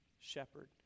shepherd